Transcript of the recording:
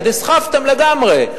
נסחפתם לגמרי.